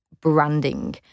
branding